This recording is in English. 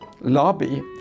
lobby